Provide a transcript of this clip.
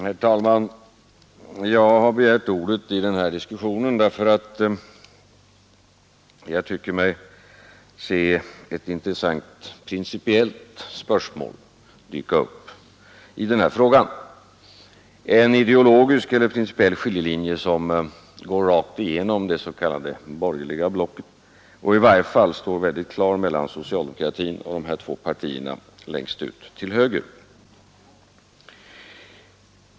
Herr talman! Jag har begärt ordet i den här diskussionen därför att jag tycker mig se ett intressant principiellt spörsmål dyka upp. Det är en ideologisk eller principiell skiljelinje som går rakt igenom det s.k. borgerliga blocket — i varje fall går linjen väldigt klar mellan socialdemokratin och de två partierna längst ut till höger.